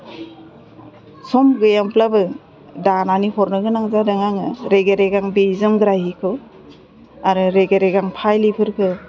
सम गैयाब्लाबो दानानै हरनो गोनां जादों आङो रेगे रेगां बे जोमग्रा हिखौ आरो रेगे रेगां फाइलिफोरखौ